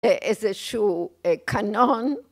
איזה שהוא קאנון.